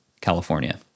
California